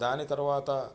దాని తరవాత